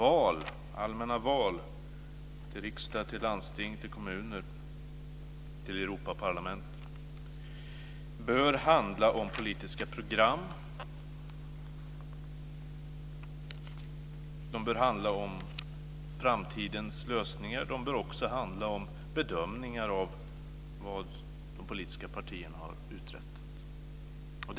Allmänna val till riksdag, landsting, kommuner och Europaparlamentet bör handla om politiska program, om framtidens lösningar och de bör också handla om bedömningar av vad de politiska partierna har uträttat.